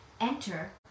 enter